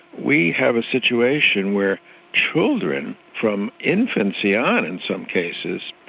we have a situation where children from infancy on in some cases,